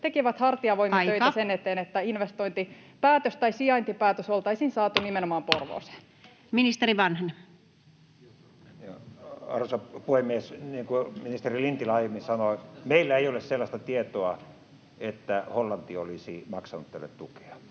tekivät hartiavoimin töitä sen eteen, [Puhemies: Aika!] että sijaintipäätös oltaisiin saatu nimenomaan Porvooseen. Pääministerillä on puheenvuoro. Ministeri Vanhanen. Arvoisa puhemies! Niin kuin ministeri Lintilä aiemmin sanoi, meillä ei ole sellaista tietoa, että Hollanti olisi maksanut tälle tukea,